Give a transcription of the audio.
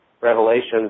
revelations